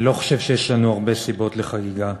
אני לא חושב שיש לנו הרבה סיבות לחגיגה.